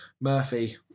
Murphy